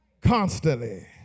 constantly